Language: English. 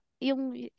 yung